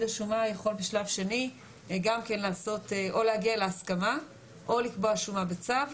השומה יכול בשלב שני או להגיע להסכמה או לקבוע שומה בצו,